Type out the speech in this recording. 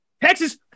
Texas